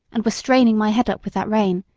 and were straining my head up with that rein,